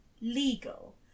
legal